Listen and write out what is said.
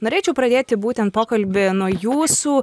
norėčiau pradėti būtent pokalbį nuo jūsų